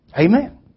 Amen